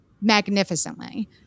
magnificently